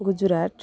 Gujarat